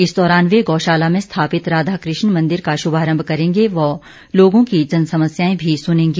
इस दौरान वे गौशाला में स्थापित राधाकृष्ण मंदिर का शुभारंभ करेंगे व लोगों की जनसमस्याएं भी सुनेंगे